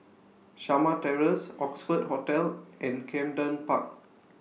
Shamah Terrace Oxford Hotel and Camden Park